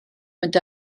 mynd